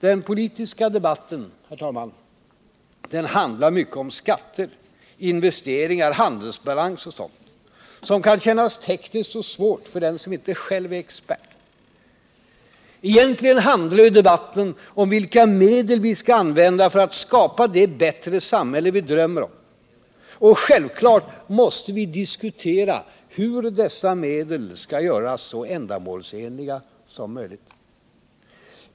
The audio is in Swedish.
Den politiska debatten handlar mycket om skatter, investeringar, handelsbalans och sådant, som kan kännas tekniskt och svårt för den som inte själv är expert. Egentligen handlar debatten om vilka medel vi skall använda för att skapa det bättre samhälle vi drömmer om, och självklart måste vi diskutera hur dessa medel skall göras så ändamålsenliga som möjligt.